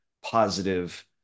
positive